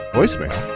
Voicemail